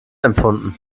empfunden